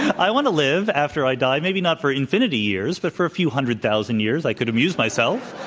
i want to live after i die, maybe not for infinity years but for a few hundred thousand years i could amuse myself.